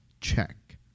Check